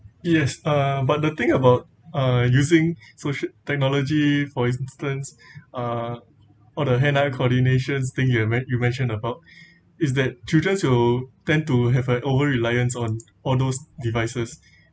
yes uh but the thing about uh using soci~ technology for instance uh on the hand eye coordination thing you men~ you mentioned about is that children who to tend to have uh over reliance on all those devices